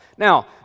Now